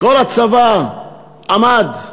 כל הצבא עמד,